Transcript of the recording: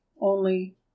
Only—